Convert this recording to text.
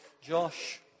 Josh